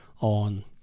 on